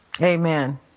Amen